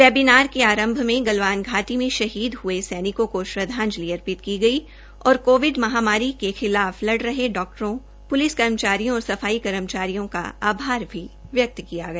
बेनिनार के आरंभ में गलवान घाटी में शहीद हये सैनिकों को श्रद्वांजलि अर्पित की गई और कोविड महामारी के खिलाफ लड़ रहे डाक्टरों पुलिस कर्मचारियों और सफाई कर्मचारियों का आभार भी व्यक्त किय गया